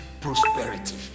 prosperity